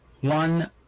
one